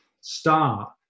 start